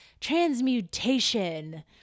Transmutation